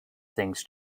things